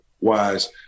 wise